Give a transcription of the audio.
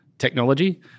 technology